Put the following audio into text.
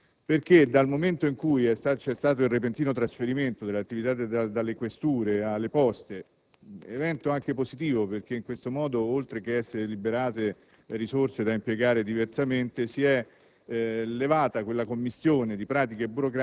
evidente. Così a noi sembra che non sia stato, dal momento in cui c'è stato il repentino trasferimento delle attività dalle questure alle Poste: un evento peraltro positivo, perché in questo modo, oltre che essere liberate risorse da impiegare diversamente, è